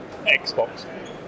Xbox